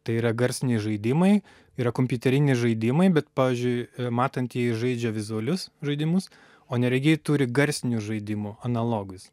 tai yra garsiniai žaidimai yra kompiuteriniai žaidimai bet pavyzdžiui matantieji žaidžia vizualius žaidimus o neregiai turi garsinių žaidimų analogus